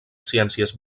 ciències